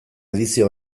edizio